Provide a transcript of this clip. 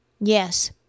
Yes